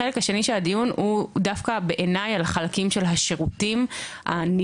החלק השני של הדיון הוא דווקא בעיניי על החלקים של השירותים הנלווים,